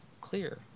clear